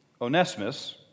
Onesimus